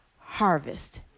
harvest